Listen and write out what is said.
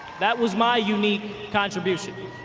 that was my unique contribution.